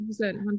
100%